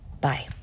Bye